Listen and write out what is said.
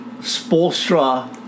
Spolstra